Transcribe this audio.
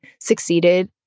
succeeded